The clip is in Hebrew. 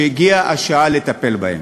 שהגיעה השעה לטפל בהן.